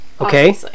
Okay